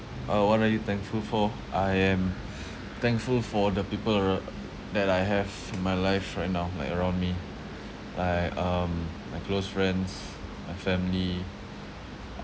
uh what are you thankful for I am thankful for the people ar~ that I have in my life right now like around me like um my close friends my family